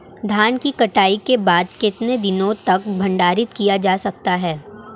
धान की कटाई के बाद कितने दिनों तक भंडारित किया जा सकता है?